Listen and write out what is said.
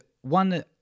one